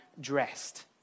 dressed